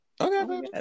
Okay